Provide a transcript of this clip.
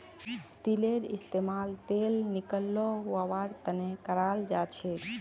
तिलेर इस्तेमाल तेल निकलौव्वार तने कराल जाछेक